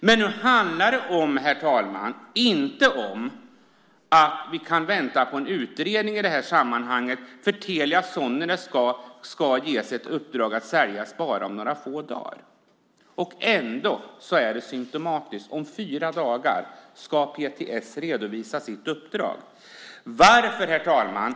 Men det handlar inte, herr talman, om att vi kan vänta på en utredning i det här sammanhanget. Om bara några få dagar ska ju uppdraget om försäljning av Telia Sonera ges. Det är symtomatiskt att PTS om fyra dagar ska redovisa sitt uppdrag. Herr talman!